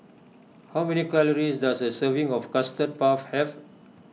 how many calories does a serving of Custard Puff have